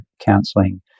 counselling